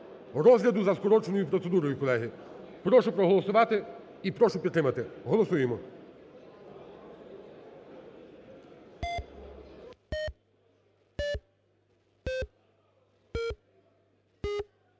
розгляду за скороченою процедурою, колеги. Прошу проголосувати і прошу підтримати, голосуємо.